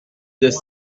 des